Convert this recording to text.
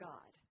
God